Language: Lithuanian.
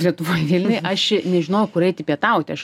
lietuvoj vilniuj aš nežinojau kur eiti pietauti aš